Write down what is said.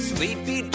Sleepy